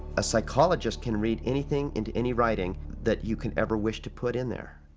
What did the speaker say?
a psychologist can read anything into any writing that you can ever wish to put in there.